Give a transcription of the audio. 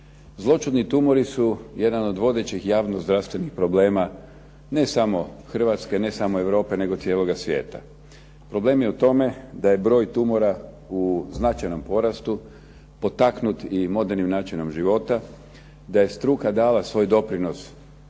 Zloćudni tumori su jedan od vodećih javno zdravstvenih problema, ne samo Hrvatske, ne samo Europe, već cijeloga svijeta. Problem je u tome da je broj tumora u značajnom porastu potaknut i modernim načinom života, da je struka dala svoj doprinos